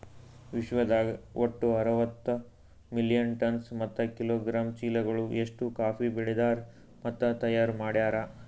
ವಿಶ್ವದಾಗ್ ಒಟ್ಟು ಅರವತ್ತು ಮಿಲಿಯನ್ ಟನ್ಸ್ ಮತ್ತ ಕಿಲೋಗ್ರಾಮ್ ಚೀಲಗಳು ಅಷ್ಟು ಕಾಫಿ ಬೆಳದಾರ್ ಮತ್ತ ತೈಯಾರ್ ಮಾಡ್ಯಾರ